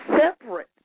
separate